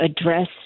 address